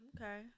Okay